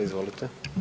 Izvolite.